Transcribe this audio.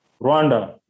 Rwanda